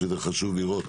זה חשוב לראות